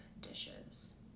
dishes